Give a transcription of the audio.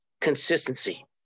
consistency